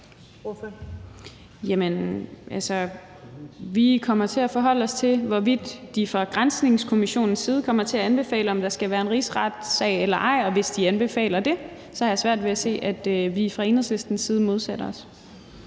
Vi kommer til at forholde os til, hvorvidt de fra granskningskommissionens side kommer til at anbefale, om der skal være en rigsretssag eller ej, og hvis de anbefaler det, har jeg svært ved at se, at vi fra Enhedslistens side modsætter os.